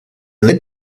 lit